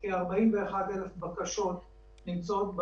זה מי שהגיש את תביעתו למוסד לביטוח לאומי מה-15 במרץ ועד ה-7 באפריל,